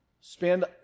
spend